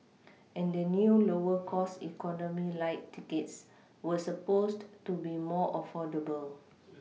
and the new lower cost economy Lite tickets were supposed to be more affordable